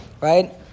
right